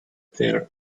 their